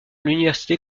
l’université